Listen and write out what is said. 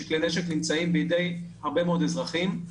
שכלי נשק נמצאים בידי הרבה מאוד אזרחים,